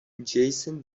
jacen